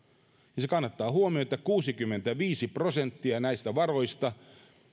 ja kannattaa huomioida että kuusikymmentäviisi prosenttia näistä varoista